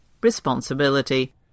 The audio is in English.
responsibility